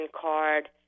card